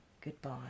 goodbye